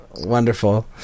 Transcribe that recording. wonderful